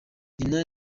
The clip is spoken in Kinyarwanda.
nyina